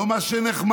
לא מה שנחמד,